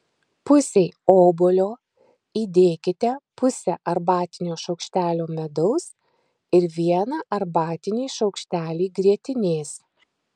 pusei obuolio įdėkite pusę arbatinio šaukštelio medaus ir vieną arbatinį šaukštelį grietinės